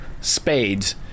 Spades